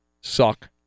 suck